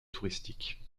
touristique